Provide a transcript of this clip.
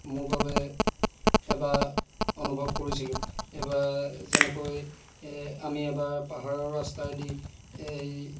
মোৰ বাবে এবাৰ অনুভৱ কৰিছিলোঁ এবাৰ যেনেকৈ এই আমি এবাৰ পাহাৰৰ ৰাস্তাইদি এই